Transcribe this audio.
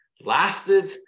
lasted